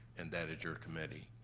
and that is your committee.